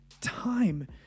time